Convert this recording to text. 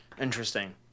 interesting